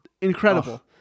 incredible